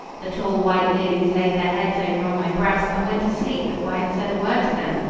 the tall white lilies laid their heads over on my breast and went to sleep before i had said a word to them,